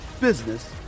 business